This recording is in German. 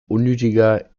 unnötiger